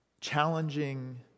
challenging